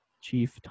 Chief